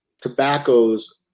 tobaccos